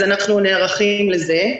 אנחנו נערכים לזה.